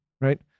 Right